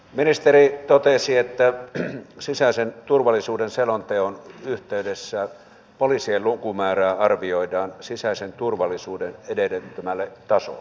ministeri totesi että sisäisen turvallisuuden selonteon yhteydessä poliisien lukumäärää arvioidaan sisäisen turvallisuuden edellyttämälle tasolle